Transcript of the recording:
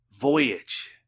Voyage